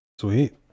Sweet